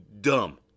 dumb